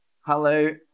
Hello